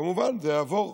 כמובן, זה יעבור,